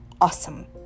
awesome